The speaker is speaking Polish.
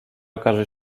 okaże